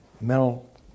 mental